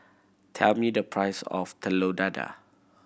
tell me the price of Telur Dadah